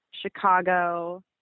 Chicago